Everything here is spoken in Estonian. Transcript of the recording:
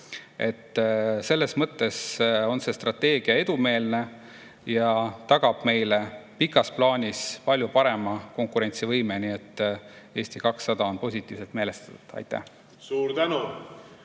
Selles mõttes on see strateegia edumeelne ja tagab meile pikas plaanis palju parema konkurentsivõime. Nii et Eesti 200 on positiivselt meelestatud. Aitäh! Suur tänu!